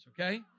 okay